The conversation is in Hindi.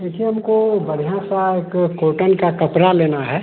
देखिए हमको बढ़िया सा एक कोटन का कपड़ा लेना है